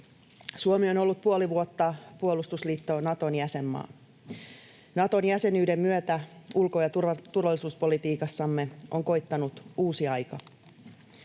Suomi on ollut puoli vuotta puolustusliitto Naton jäsenmaa. Naton jäsenyyden myötä ulko- ja turvallisuuspolitiikassamme on koittanut uusi aika.